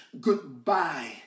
goodbye